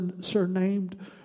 surnamed